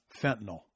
Fentanyl